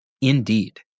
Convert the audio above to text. Indeed